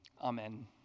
Amen